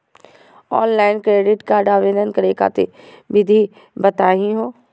Online credit card आवेदन करे खातिर विधि बताही हो?